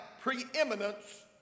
preeminence